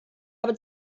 habe